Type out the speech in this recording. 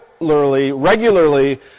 regularly